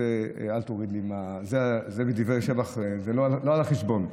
אל תוריד לי, זה דברי שבח, זה לא על החשבון.